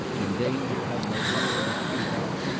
in danger have no door to creep out,